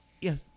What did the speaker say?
Yes